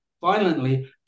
violently